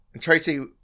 Tracy